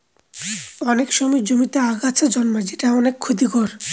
অনেক সময় জমিতে আগাছা জন্মায় যেটা অনেক ক্ষতির